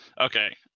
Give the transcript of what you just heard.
Okay